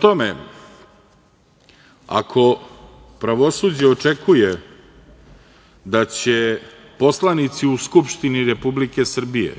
tome, ako pravosuđe očekuje da će poslanici u Skupštini Republike Srbije,